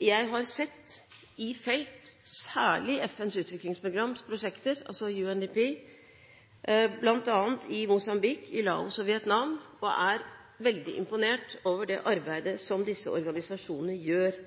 Jeg har sett i felt, særlig i FNs utviklingsprograms prosjekter – altså UNDP – bl.a. i Mosambik, i Laos og Vietnam, og er veldig imponert over det arbeidet disse organisasjonene gjør